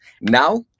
now